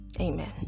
Amen